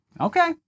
Okay